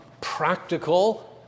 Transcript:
practical